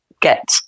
get